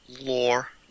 Lore